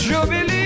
Jubilee